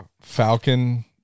Falcon